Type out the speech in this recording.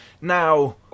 Now